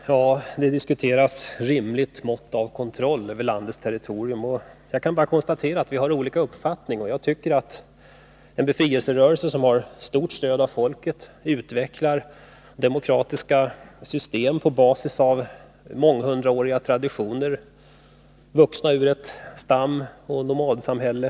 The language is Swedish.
Herr talman! Det diskuteras här vad som är ett rimligt mått av kontroll över landets territorium. Jag kan bara konstatera att vi har olika uppfattning. Det gäller här en befrielserörelse som har stöd av folket och som utvecklar demokratiska system på basis av månghundraåriga traditioner vuxna ur ett stamoch nomadsamhälle.